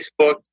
Facebook